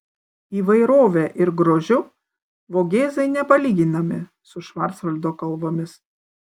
įvairove ir grožiu vogėzai nepalyginami su švarcvaldo kalvomis